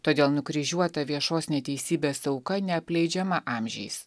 todėl nukryžiuota viešos neteisybės auka neapleidžiama amžiais